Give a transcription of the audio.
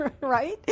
Right